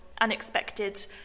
unexpected